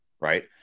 Right